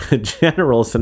general